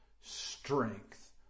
strength